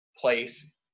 place